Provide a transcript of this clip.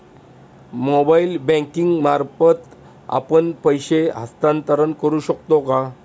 Mobile banking मार्फत आपण पैसे हस्तांतरण करू शकतो का?